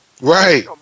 Right